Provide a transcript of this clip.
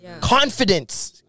Confidence